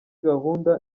gahunda